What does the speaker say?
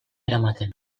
eramaten